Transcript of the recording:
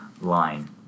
line